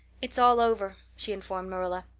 it is all over, she informed marilla.